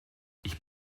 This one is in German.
ich